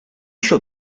shall